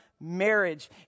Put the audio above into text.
marriage